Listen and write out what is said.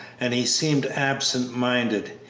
and he seemed absent-minded.